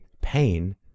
pain